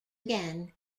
again